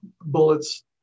bullets